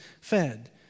fed